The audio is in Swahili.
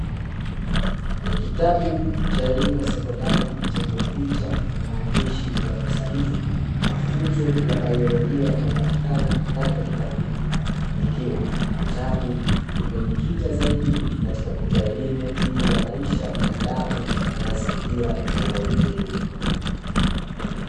Ni kitabu cha elimu ya sekondari chenye picha na maandishi yanayosadifu mafunzo ya biolojia yanayopatikana ndani ya kitabu hiko, ikiwa kitabu kimejikita zaidi katika kutoa elimu juu ya maisha ya binadamu na mazingira yanayomzunguka.